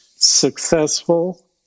successful